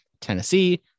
Tennessee